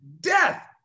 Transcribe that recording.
death